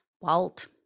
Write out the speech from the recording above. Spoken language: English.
Walt